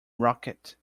rocket